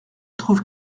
trouve